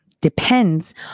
depends